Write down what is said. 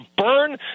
burn